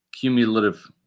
cumulative